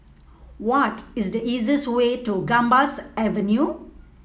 what is the easiest way to Gambas Avenue